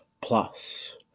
plus